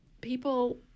people